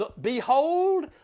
Behold